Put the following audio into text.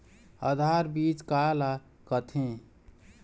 आधार बीज का ला कथें?